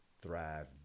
thrive